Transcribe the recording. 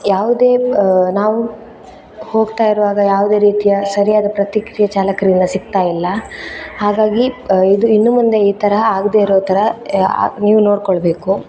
ಯಾವುದೇ ನಾವು ಹೋಗ್ತಾ ಇರುವಾಗ ಯಾವುದೇ ರೀತಿಯ ಸರಿಯಾದ ಪ್ರತಿಕ್ರಿಯೆ ಚಾಲಕನಿಂದ ಸಿಗ್ತಾಯಿಲ್ಲ ಹಾಗಾಗಿ ಇದು ಇನ್ನು ಮುಂದೆ ಈ ಥರ ಆಗದೇ ಇರುವ ಥರ ನೀವು ನೋಡಿಕೊಳ್ಬೇಕು